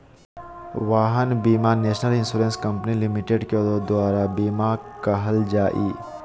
वाहन बीमा national insurance company limited के दुआर बीमा कहल जाहइ